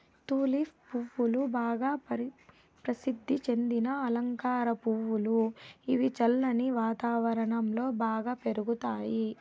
tulip పువ్వులు బాగా ప్రసిద్ది చెందిన అలంకార పువ్వులు, ఇవి చల్లని వాతావరణం లో బాగా పెరుగుతాయి